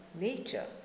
nature